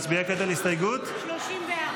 כעת נצביע על הסתייגות -- 34.